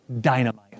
Dynamite